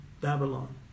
Babylon